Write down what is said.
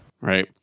Right